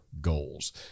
goals